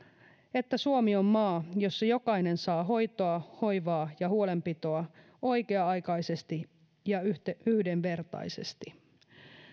että suomi on maa jossa jokainen saa hoitoa hoivaa ja huolenpitoa oikea aikaisesti ja yhdenvertaisesti